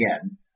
again